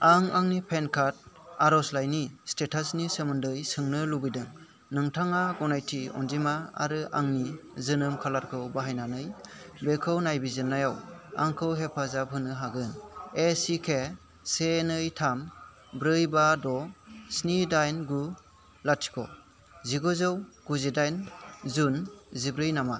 आं आंनि PAN card आर'जलाइनि स्टेटासनि सोमोन्दै सोंनो लुबैदों नोंथाङा गनायथि अनजिमा आरो आंनि जोनोम कालारखौ बाहायनानै बेखौ नायबिजिरनायाव आंखौ हेफाजाब होनो हागोन एसिके नै थाम ब्रै बा द' स्नि दाइन गु लाथिख' जिगुजौ गुजिदाइन जुन जिब्रै नामा